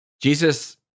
Jesus